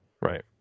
right